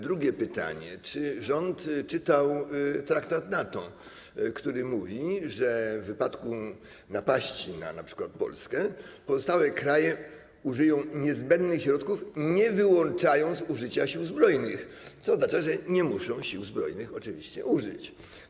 Drugie pytanie: Czy rząd czytał traktat NATO, który mówi, że w wypadku napaści, np. na Polskę, pozostałe kraje użyją niezbędnych środków, nie wyłączając użycia sił zbrojnych, co oznacza, że nie muszą sił zbrojnych oczywiście użyć?